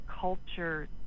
culture